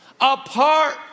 Apart